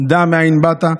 דע מאין באת,